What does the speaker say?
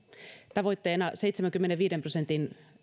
tavoitteena seitsemänkymmenenviiden prosentin